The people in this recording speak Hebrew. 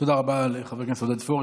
תודה רבה לחבר הכנסת עודד פורר,